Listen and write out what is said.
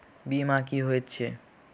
बीमा की होइत छी?